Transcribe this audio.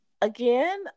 Again